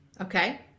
okay